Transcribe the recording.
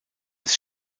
ist